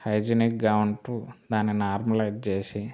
హైజినిక్గా ఉంటూ దాన్ని నార్మలైజ్ చేసి